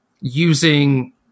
using